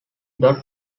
dot